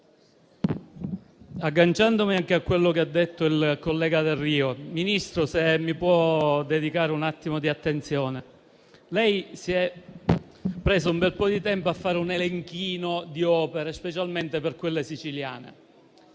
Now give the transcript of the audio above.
agganciandomi anche a quanto dichiarato dal collega Delrio. Signor Ministro, mi può dedicare un attimo di attenzione? Lei si è preso un bel po' di tempo a fare un elenchino di opere, specialmente siciliane.